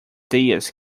diaz